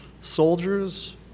soldiers